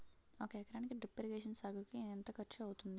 ఒక ఎకరానికి drip irrigation సాగుకు ఎంత ఖర్చు అవుతుంది?